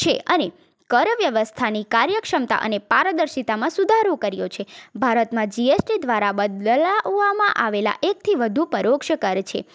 છે અને કર વ્યવસ્થાની કાર્યક્ષમતા અને પારદર્શિતામાં સુધારો કર્યો છે ભારતમાં જી એસ ટી દ્વારા બદલાવામાં આવેલા એકથી વધુ પરોક્ષ કર છે